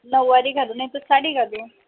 नववारी घालू नाही तर साडी घालू